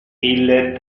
ille